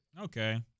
Okay